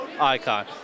icon